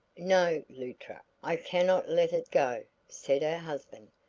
no, luttra i cannot let it go, said her husband,